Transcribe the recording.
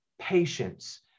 patience